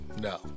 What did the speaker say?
No